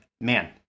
man